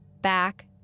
back